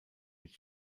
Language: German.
mit